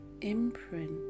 imprint